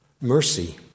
mercy